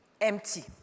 empty